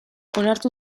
onartu